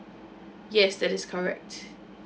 yes that is correct